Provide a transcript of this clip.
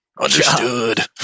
Understood